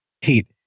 heat